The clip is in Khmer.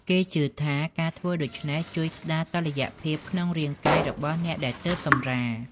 គេជឿថា ការធ្វើដូច្នេះជួយស្ដារតុល្យភាពក្នុងរាងកាយរបស់អ្នកដែលទើបសម្រាល។